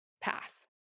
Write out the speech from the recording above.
path